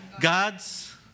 God's